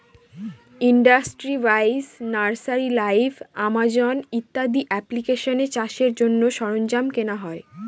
industry বাইশ, nursery live, Amazon ইত্যাদি এপ্লিকেশানে চাষের জন্য সরঞ্জাম কেনা হয়